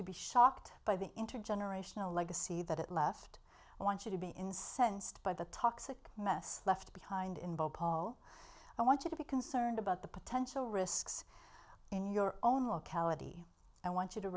to be shocked by the intergenerational legacy that it left i want you to be incensed by the toxic mess left behind in bhopal i want you to be concerned about the potential risks in your own locality and i want you to